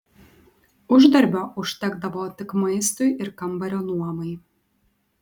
uždarbio užtekdavo tik maistui ir kambario nuomai